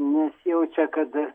nesijaučia kad